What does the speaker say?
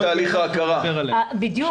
בדיוק.